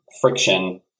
friction